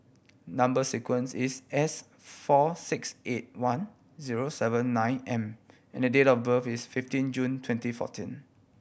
number sequence is S four six eight one zero seven nine M and date of birth is fifteen June twenty fourteen